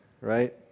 right